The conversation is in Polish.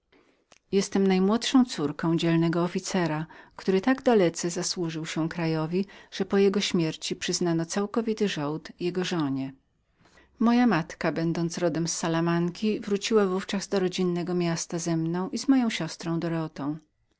jestem najmłodszą córką zacnego wojskowego który tak dalece zasłużył się krajowi że po jego śmierci przyznano całkowity żołd jego żonie moja matka będąc rodem z salamanki wróciła do rodzinnego miasta z moją siostrą nazwiskiem dorotą